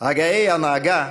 הגאי ההנהגה,